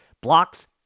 Blocks